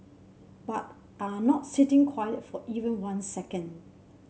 but are not sitting quiet for even one second